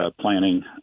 planning